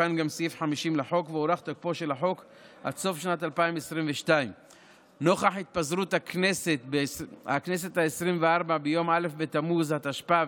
תוקן גם סעיף 50 לחוק והוארך תוקפו של החוק עד סוף שנת 2022. נוכח התפזרות הכנסת העשרים-וארבע ביום א' בתמוז התשפ"ב,